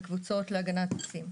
בקבוצות להגנת עצים.